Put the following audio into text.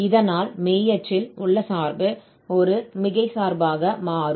இதனால் மெய் அச்சில் உள்ள சார்பு ஒரு மிகை சார்பாக மாறும்